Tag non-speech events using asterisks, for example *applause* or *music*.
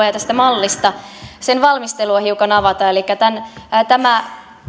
*unintelligible* ja tämän mallin valmistelua hiukan avata tämä